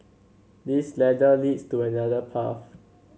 this ladder leads to another path